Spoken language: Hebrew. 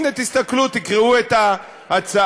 הנה, תסתכלו, תקראו את ההצעה.